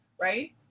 right